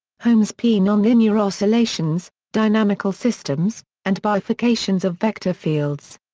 holmes p. nonlinear oscillations, dynamical systems, and bifurcations of vector fields.